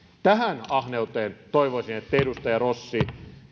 tähän ahneuteen toivoisin että te edustaja rossi